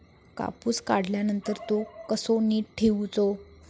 कापूस काढल्यानंतर तो कसो नीट ठेवूचो?